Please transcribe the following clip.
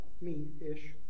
me-ish